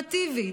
הנורמטיבית,